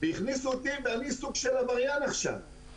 והכניסו אותי ואני סוג של עבריין עכשיו,